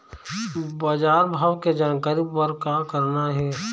बजार भाव के जानकारी बर का करना हे?